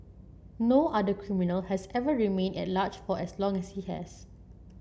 no other criminal has ever remained at large for as long as he has